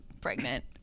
pregnant